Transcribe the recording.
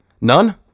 None